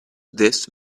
this